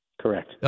Correct